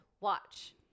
watch